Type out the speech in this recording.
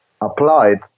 applied